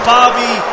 Bobby